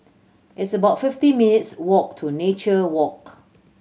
it's about fifty minutes' walk to Nature Walk